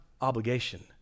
obligation